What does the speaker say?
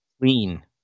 clean